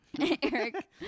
Eric